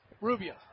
Rubio